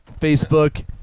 Facebook